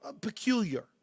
peculiar